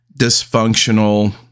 dysfunctional